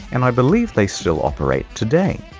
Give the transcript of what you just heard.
and i believe they still operate today.